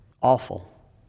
awful